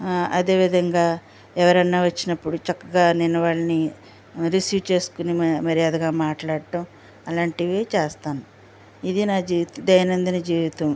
అదేవిధంగా ఎవరన్నా వచ్చినప్పుడు చక్కగా నేను వాళ్ళని రిసీవ్ చేసుకొని మ మర్యాదగా మాట్లాడటం అలాంటివి చేస్తాను ఇది నా జీవితం దయనందన జీవితం